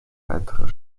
weiterer